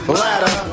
ladder